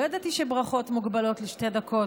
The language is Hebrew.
לא ידעתי שברכות מוגבלות לשתי דקות,